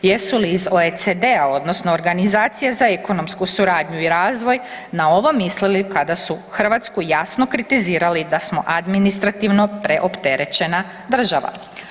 Jesu li iz OECD-a, odnosno Organizacije za ekonomsku suradnju i razvoj na ovo mislili kada su Hrvatsku jasno kritizirali da smo administrativno preopterećena država.